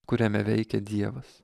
kuriame veikia dievas